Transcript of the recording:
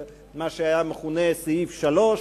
מה שהיה מכונה סעיף 3,